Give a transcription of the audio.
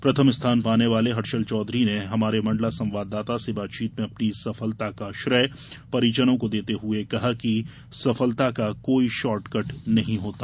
प्रथम स्थान पाने वाले हर्षल चौधरी ने हमारे मण्डला संवाददाता से बातचीत में अपनी सफलता का श्रेय परिजनों को देते हुए कहा कि सफलता का कोई शार्टकट नहीं होता